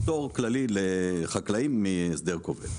פטור כללי לחקלאים מהסדר כובל.